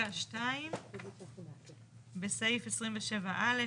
פיסקה 2. (2) בסעיף 27א,